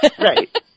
Right